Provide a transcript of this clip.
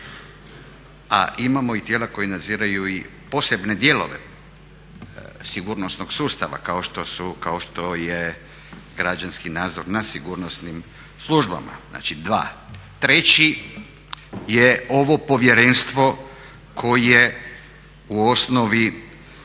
a imamo i tijela koja nadziru i posebne dijelove sigurnosnog sustava kao što je građanski nadzor nad sigurnosnim službama, znači 2. Treći je ovo povjerenstvo koje je u osnovi